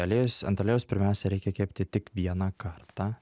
aliejus ant aliejaus pirmaiusia reikia kepti tik vieną kartą